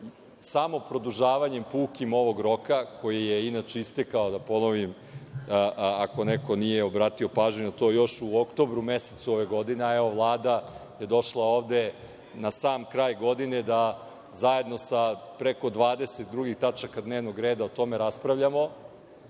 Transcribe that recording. samo produžavanjem pukim ovog roka, koji je inače istekao, da ponovim ako neko nije obratio pažnju na to, još u oktobru mesecu ove godine, a evo, Vlada je došla ovde na sam kraj godine da zajedno sa preko 20 drugih tačaka dnevnog reda o tome raspravljamo,